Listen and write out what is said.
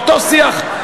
אותו שיח.